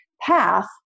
path